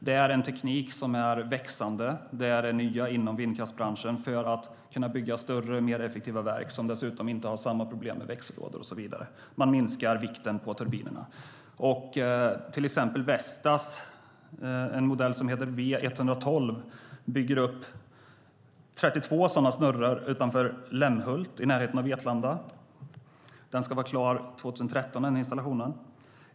Det är en teknik i växande. Tekniken är ny inom vindkraftsbranschen för att bygga större och mer effektiva verk, som dessutom inte har samma problem med växellådor och så vidare. Vikten på turbinerna minskas. Vestas har en turbin, modell V112. Företaget bygger 32 sådana snurror utanför Lemnhult i närheten av Vetlanda. Installationen ska vara klar 2013.